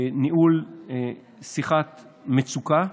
ניהול שיחת מצוקה,